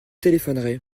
téléphonerai